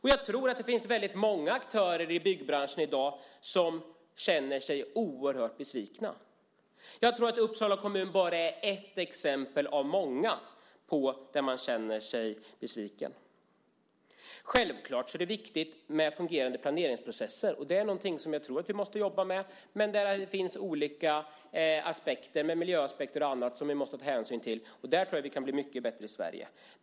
Jag tror att det finns väldigt många aktörer i byggbranschen i dag som känner sig oerhört besvikna. Jag tror att Uppsala kommun bara är ett exempel av många på att man känner sig besviken. Det är självfallet viktigt med fungerande planeringsprocesser. Det är någonting som jag tror att vi måste jobba med. Där finns det olika aspekter, miljöaspekter och annat, som vi måste ta hänsyn till. Där tror jag att vi kan bli mycket bättre i Sverige.